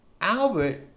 Albert